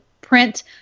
print